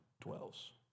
dwells